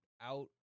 out